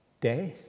death